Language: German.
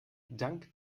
dank